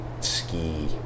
ski